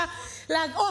אוה,